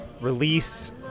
release